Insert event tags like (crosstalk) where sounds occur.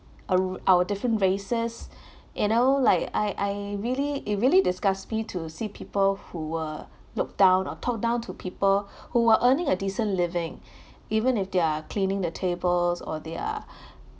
our our different races (breath) you know like I I really it really disgusts me to see people who were looked down or talk down to people who are earning a decent living (breath) even if they're cleaning the tables or they are